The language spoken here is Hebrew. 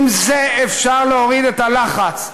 עם זה אפשר להוריד את הלחץ,